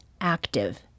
active